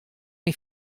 myn